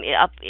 up